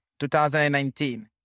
2019